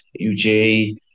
UJ